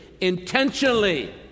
intentionally